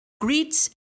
Greets